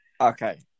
Okay